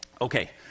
Okay